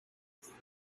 things